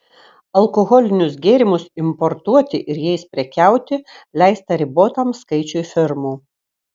alkoholinius gėrimus importuoti ir jais prekiauti leista ribotam skaičiui firmų